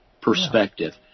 perspective